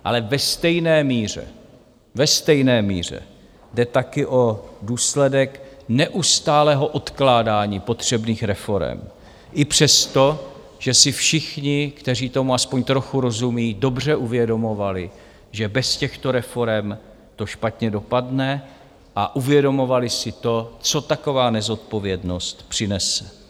Ale ve stejné míře, ve stejné míře, jde také o důsledek neustálého odkládání potřebných reforem i přesto, že si všichni, kteří tomu aspoň trochu rozumí, dobře uvědomovali, že bez těchto reforem to špatně dopadne a uvědomovali si to, co taková nezodpovědnost přinese.